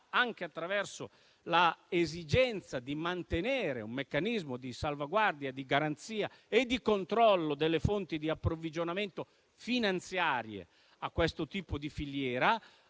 anche attraverso il mantenimento di un meccanismo di salvaguardia, di garanzia e di controllo delle fonti di approvvigionamento finanziario di questo tipo di filiera.